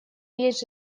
есть